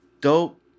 Dope